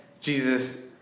Jesus